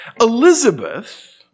Elizabeth